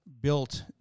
built